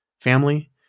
family